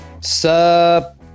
Sup